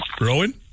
Rowan